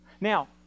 Now